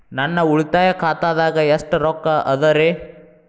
ನನ್ನ ಉಳಿತಾಯ ಖಾತಾದಾಗ ಎಷ್ಟ ರೊಕ್ಕ ಅದ ರೇ?